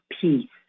peace